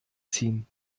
ziehen